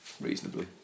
reasonably